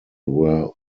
were